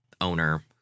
owner